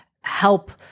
help